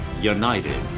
united